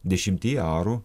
dešimtį arų